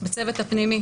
בצוות הפנימי,